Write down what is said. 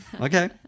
Okay